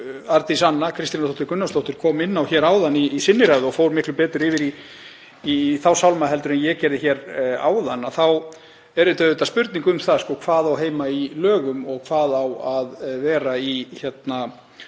Arndís Anna Kristínardóttir Gunnarsdóttir kom inn á hér áðan í sinni ræðu og fór miklu betur yfir í þá sálma heldur en ég gerði áðan er þetta auðvitað spurning um það hvað á heima í lögum og hvað á að vera í